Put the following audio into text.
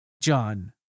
John